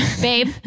babe